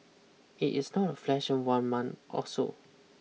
it is not a flash of one month or so